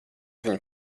viņu